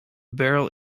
barrel